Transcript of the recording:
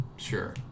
Sure